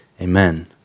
Amen